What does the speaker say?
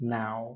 now